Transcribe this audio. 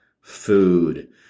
food